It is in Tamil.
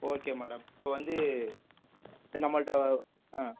ஓகே மேடம் இப்போ வந்து நம்மள்ட்ட ஆ